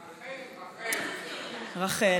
רחל, רחל.